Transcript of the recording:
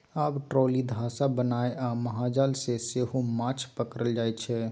आब ट्रोली, धासा बनाए आ महाजाल सँ सेहो माछ पकरल जाइ छै